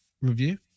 review